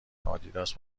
آدیداس